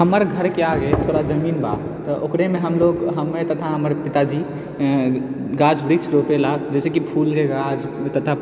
हमर घरके आगे थोड़ा जमीन बा तऽ ओकरेमे हमलोग हम तथा हमर पिताजी गाछ वृक्ष रोपैला जैसेकी फूलके गाछ तथा